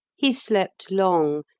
he slept long,